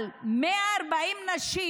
אבל 140 נשים,